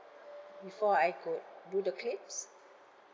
before I could do the claims